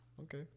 Okay